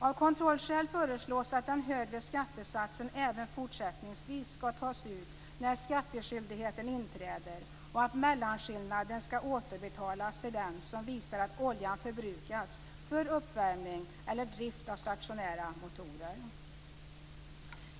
Av kontrollskäl föreslås att den högre skattesatsen även fortsättningsvis skall tas ut när skattskyldigheten inträder och att mellanskillnaden skall återbetalas till den som visar att oljan förbrukats för uppvärmning eller drift av stationära motorer.